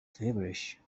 feverish